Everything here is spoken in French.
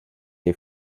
les